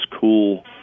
cool